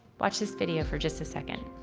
watch this video for just a second.